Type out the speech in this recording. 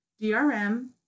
DRM